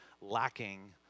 lacking